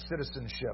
citizenship